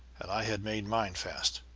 and i had made mine fast.